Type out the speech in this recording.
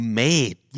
made